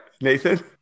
Nathan